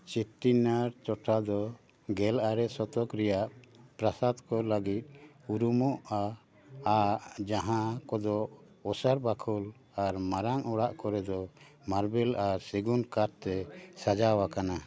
ᱪᱮᱴᱴᱤᱱᱟᱲ ᱴᱚᱴᱷᱟ ᱫᱚ ᱜᱮᱞ ᱟᱨᱮ ᱥᱚᱛᱚᱠ ᱨᱮᱭᱟᱜ ᱯᱨᱟᱥᱟᱫᱽ ᱠᱚ ᱞᱟᱹᱜᱤᱫ ᱩᱨᱩᱢᱚᱜᱼᱟ ᱟᱨ ᱡᱟᱦᱟᱸ ᱠᱚᱫᱚ ᱚᱥᱟᱨ ᱵᱟᱠᱷᱳᱞ ᱟᱨ ᱢᱟᱨᱟᱝ ᱚᱲᱟᱜ ᱠᱚᱨᱮ ᱫᱚ ᱢᱟᱨᱵᱮᱞ ᱟᱨ ᱥᱮᱜᱩᱱ ᱠᱟᱴ ᱛᱮ ᱥᱟᱡᱟᱣᱟᱠᱟᱱᱟ